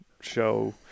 show